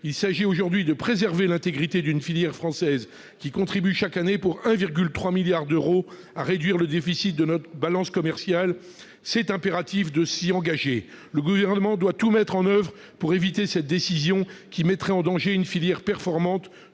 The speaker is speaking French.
Il est aujourd'hui impératif de préserver l'intégrité d'une filière française qui contribue chaque année pour 1,3 milliard d'euros à réduire le déficit de notre balance commerciale. Le Gouvernement doit tout mettre en oeuvre pour éviter cette décision, qui mettrait en danger une filière performante